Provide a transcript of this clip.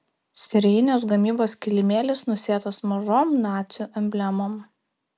serijinės gamybos kilimėlis nusėtas mažom nacių emblemom